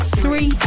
three